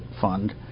fund